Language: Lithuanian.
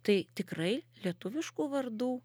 tai tikrai lietuviškų vardų